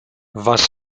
was